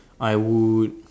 I would